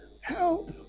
help